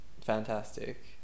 fantastic